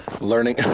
learning